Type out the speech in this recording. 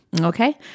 Okay